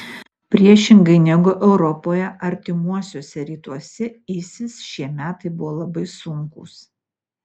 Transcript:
priešingai negu europoje artimuosiuose rytuose isis šie metai buvo labai sunkūs